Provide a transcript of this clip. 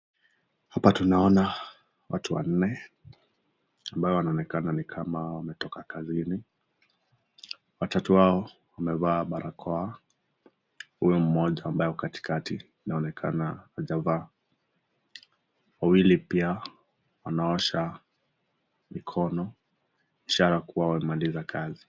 Hapa tunaona watu wanne ambao wanaonekana ni kama wametoka kazini. Watatu hao wamevaa barakoa huyo mmoja ambaye ako katikati amekaa na hajavaa. Wawili pili pia wanaosha mikono ishara kuwa wamemaliza kazi.